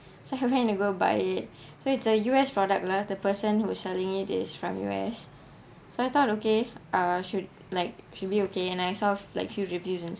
so I go buy it so it's a U_S product lah the person who's selling it is from U_S so I thought okay uh should like should be okay and I sort of like view review and stuff